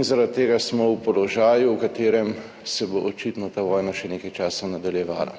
in zaradi tega smo v položaju, v katerem se bo očitno ta vojna še nekaj časa nadaljevala.